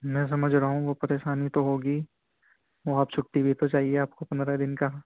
میں سمجھ رہا ہوں وہ پریشانی تو ہوگی وہ آپ چھٹی بھی تو چاہیے آپ کو پندرہ دن کا